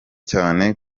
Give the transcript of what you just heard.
cyane